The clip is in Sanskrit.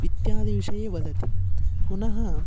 इत्यादिविषये वदति पुनः